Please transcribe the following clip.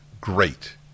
great